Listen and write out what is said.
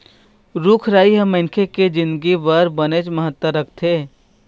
रूख राई ह मनखे के जिनगी बर बनेच महत्ता राखथे